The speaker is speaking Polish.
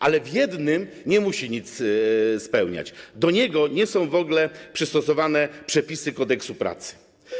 Ale w jednym przypadku nie musi nic spełniać: do niego nie są w ogóle przystosowane przepisy Kodeksu pracy.